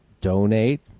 donate